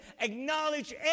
acknowledge